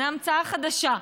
זו המצאה חדשה.